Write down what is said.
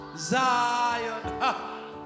Zion